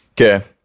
Okay